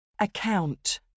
Account